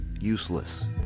useless